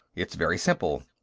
it's very simple.